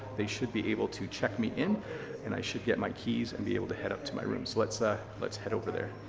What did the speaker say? they should be able to check me in and i should get my keys and be able to head up to my room. so let's ah let's head over there.